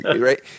right